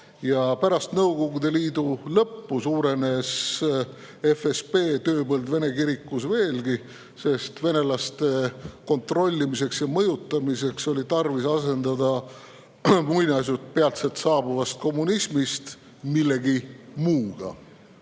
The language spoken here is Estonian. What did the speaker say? Pärast Nõukogude Liidu lõppu suurenes FSB tööpõld Vene kirikus veelgi, sest rahva kontrollimiseks ja mõjutamiseks oli tarvis asendada muinasjutt peatselt saabuvast kommunismist millegi muuga. Aga